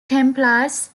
templars